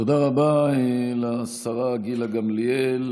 תודה רבה לשרה גילה גמליאל.